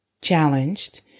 challenged